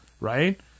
Right